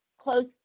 close